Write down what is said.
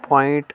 point